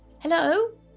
Hello